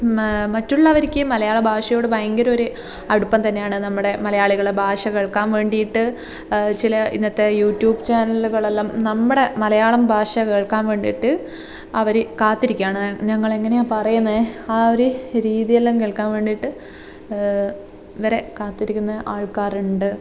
മ മറ്റുള്ളവർക്ക് മലയാളഭാഷയോട് ഭയങ്കര ഒരു അടുപ്പം തന്നെയാണ് നമ്മുടെ മലയാളികൾ ഭാഷ കേൾക്കാൻ വേണ്ടിയിട്ട് ചില ഇന്നത്തെ യൂട്യൂബ് ചാനലുകളെല്ലാം നമ്മുടെ മലയാളം ഭാഷ കേൾക്കാൻ വേണ്ടിയിട്ട് അവർ കാത്തിരിക്കുകയാണ് ഞങ്ങളെങ്ങനെയാണ് പറയുന്നത് ആ ഒരു രീതിയെല്ലാം കേൾക്കാൻ വേണ്ടിയിട്ട് വരെ കാത്തിരിക്കുന്ന ആൾക്കാരുണ്ട്